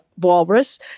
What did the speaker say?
Walrus